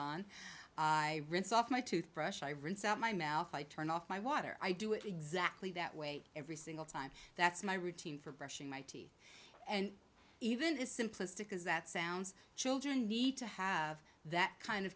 on i rinse off my tooth brush i rinse out my mouth i turn off my water i do it exactly that way every single time that's my routine for brushing my teeth and even as simplistic as that sounds children need to have that kind of